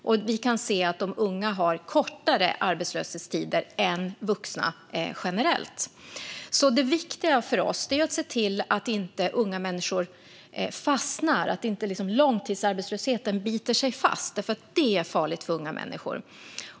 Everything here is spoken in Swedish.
Och vi kan se att de unga har kortare arbetslöshetstider än vuxna generellt. Det viktiga för oss är att se till att unga människor inte fastnar, att inte långtidsarbetslösheten biter sig fast, för det är farligt för unga människor.